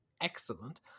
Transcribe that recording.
excellent